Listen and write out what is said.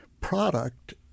product